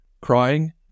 crying